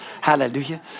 Hallelujah